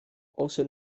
also